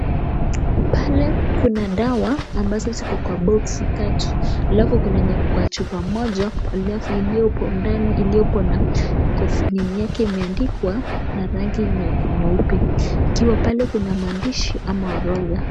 Pale kuna dawa, ambazo ziko kwa boxi tatu. Alafu kuna yenye iko kwa chupa moja alafu iliyopo iloyopo kofia yake imeandikwa na rangi nyeupe. Pia hapo kuna maandishi ama orodha.